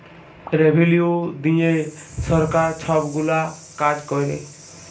revenue দিঁয়ে সরকার ছব গুলা কাজ ক্যরে